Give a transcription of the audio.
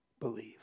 believe